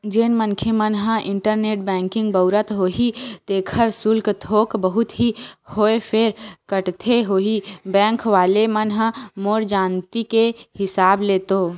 जेन मनखे मन ह इंटरनेट बेंकिग बउरत होही तेखर सुल्क थोक बहुत ही होवय फेर काटथे होही बेंक वले मन ह मोर जानती के हिसाब ले तो